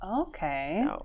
Okay